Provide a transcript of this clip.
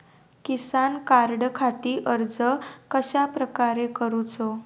किसान कार्डखाती अर्ज कश्याप्रकारे करूचो?